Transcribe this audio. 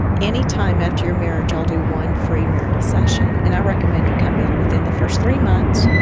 any time after your marriage, i'll do one free marital session, and i recommend you come in within the first three months,